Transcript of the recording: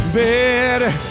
better